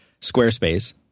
Squarespace